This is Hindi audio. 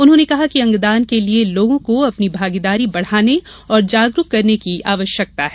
उन्होंने कहा कि अंगदान के लिए लोगों की अपनी भागीदारी बढ़ाने और जागरूक करने की आवश्यकता है